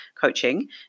Coaching